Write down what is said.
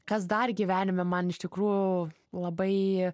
kas dar gyvenime man iš tikrųjų labai